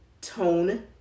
tone